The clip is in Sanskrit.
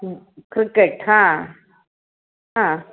क्रिकेट् हा हा